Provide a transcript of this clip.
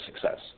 success